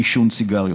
עישון סיגריות.